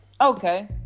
Okay